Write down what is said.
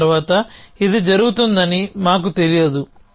ఆ తర్వాత ఇది జరుగుతుందని మాకు తెలియదు